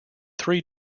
three